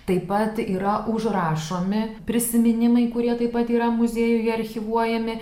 taip pat yra užrašomi prisiminimai kurie taip pat yra muziejuje archyvuojami